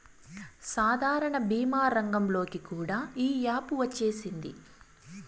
సాధారణ భీమా రంగంలోకి కూడా ఈ యాపు వచ్చేసింది